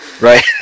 Right